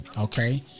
okay